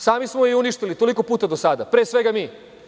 Sami smo je i uništili toliko puta do sada, pre svega mi.